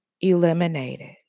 eliminated